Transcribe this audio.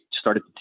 started